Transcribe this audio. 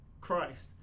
Christ